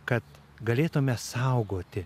kad galėtume saugoti